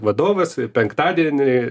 vadovas penktadienį